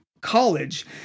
College